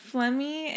Flemmy